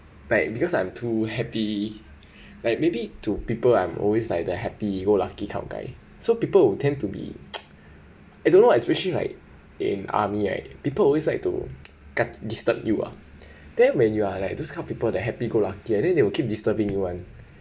like because I'm too happy like maybe to people I'm always like the happy go lucky kind of guy so people will tend to be I don't know especially like in army right people always like to ki~ disturb you ah then when you are like those kind of people that happy go lucky and then they will keep disturbing you [one]